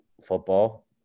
football